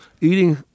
Eating